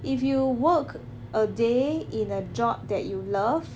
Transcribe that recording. if you work a day in a job that you love